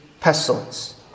pestilence